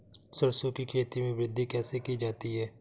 सरसो की खेती में वृद्धि कैसे की जाती है?